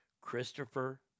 Christopher